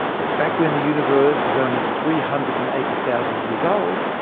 but back when the universe was only three hundred and eighty thousand years old,